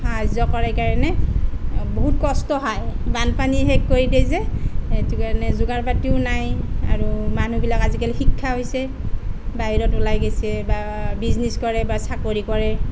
সাহায্য কৰে কাৰণে বহুত কষ্ট হয় বানপানীয়ে শেষ কৰি দিয়ে যে সেইটো কাৰণে যোগাৰ পাতিও নাই আৰু মানুহবিলাক আজিকালি শিক্ষা হৈছে বাহিৰত ওলাই গৈছে বা বিজনেছ কৰে বা চাকৰি কৰে